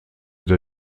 der